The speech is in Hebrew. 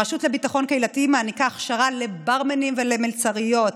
הרשות לביטחון קהילתי מעניקה הכשרה לברמנים ולמלצריות,